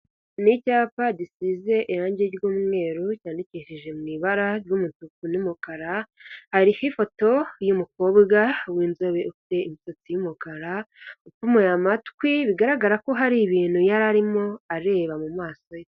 Ni icyapa gisize irangi ry'umweru cyandikishije mu ibara ry'umutuku n'umukara, hariho ifoto y'umukobwa w’inzobe ufite imisatsi y’umukara, upfumuye amatwi, bigaragara ko hari ibintu y'ari arimo areba mu maso ye.